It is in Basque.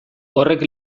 horrek